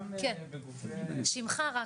גם בגופי --- שמך רק.